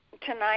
Tonight